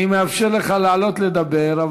אני מאפשר לך לעלות לדבר,